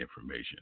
information